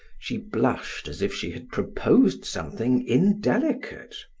she blushed as if she had proposed something indelicate.